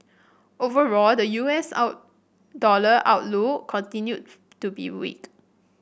overall the U S dollar outlook continued to be weak